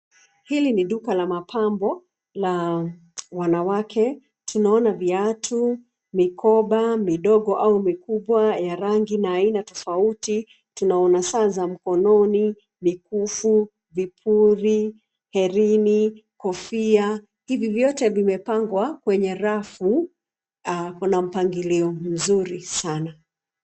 Hili ni duka la mapambo la wanawake. Tunaona viatu, mikoba midogo au mikubwa ya rangi na aina tofauti. Tunaona saa za mkononi, mikufu, vipuli, herini, kofia, hivi vyote vimepangwa kwenye rafu. Kuna mpangilio mzuri sana.